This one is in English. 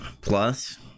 plus